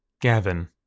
Gavin